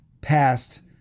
past